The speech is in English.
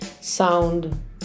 Sound